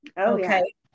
Okay